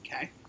Okay